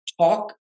Talk